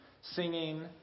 singing